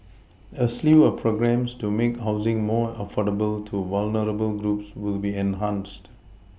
a slew of programmes to make housing more affordable to vulnerable groups will be enhanced